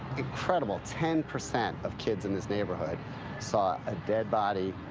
incredible ten percent of kids in this neighborhood saw a dead body,